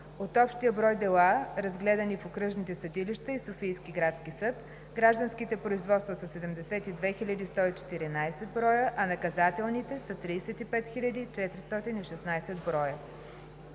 От общия брой дела, разгледани от окръжните съдилища и СГС, гражданските производства са 72 114, а наказателните са 35 416 броя.